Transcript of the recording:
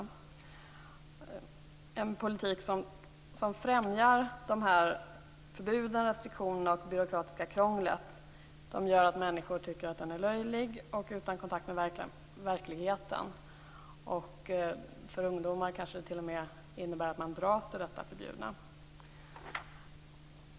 Människor tycker att en politik som främjar förbuden, restriktionerna och det byråkratiska krånglet är löjlig och utan kontakt med verkligheten. För ungdomar innebär den kanske t.o.m. att man dras till det förbjudna.